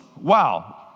wow